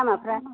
लामाफ्रा